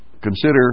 consider